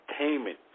Entertainment